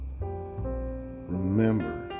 Remember